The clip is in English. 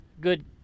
good